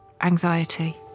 anxiety